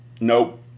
Nope